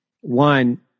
one